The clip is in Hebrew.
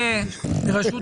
רבקה לויפר,